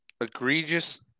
egregious